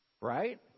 Right